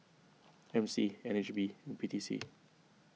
M C N H B and P T C